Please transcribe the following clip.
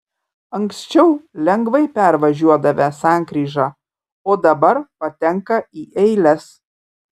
anksčiau lengvai pervažiuodavę sankryžą o dabar patenka į eiles